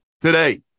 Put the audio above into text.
Today